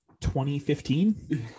2015